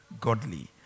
Godly